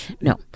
No